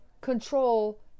control